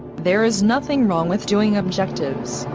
there is nothing wrong with doing objectives,